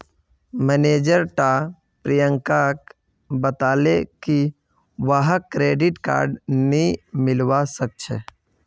manager टा प्रियंकाक बताले की वहाक क्रेडिट कार्ड नी मिलवा सखछे